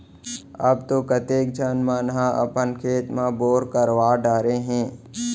अब तो कतेक झन मन ह अपन खेत म बोर करवा डारे हें